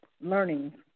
learning